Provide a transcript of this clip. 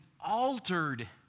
altered